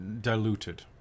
diluted